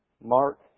Mark